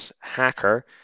hacker